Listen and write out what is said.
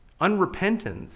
Unrepentance